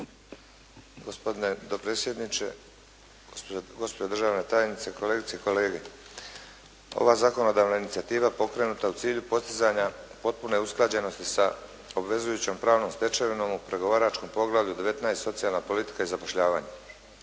Gospodine dopredsjedniče, gospođo državna tajnice, kolegice i kolege. Ova zakonodavna inicijativa pokrenuta je u cilju postizanja potpune usklađenosti sa obvezujućom pravnom stečevinom u pregovaračkom poglavlju 19. socijalna politika i zapošljavanje.